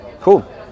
Cool